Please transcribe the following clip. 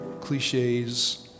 cliches